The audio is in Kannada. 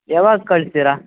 ಯಾವಾಗ ಕಳಿಸ್ತೀರ